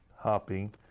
hopping